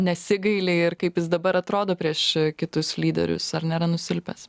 nesigaili ir kaip jis dabar atrodo prieš kitus lyderius ar nėra nusilpęs